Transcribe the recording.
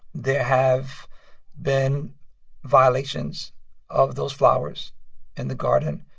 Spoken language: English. there have been violations of those flowers in the garden.